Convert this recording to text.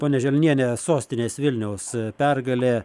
ponia želniene sostinės vilniaus pergalė